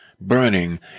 burning